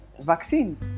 vaccines